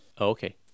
okay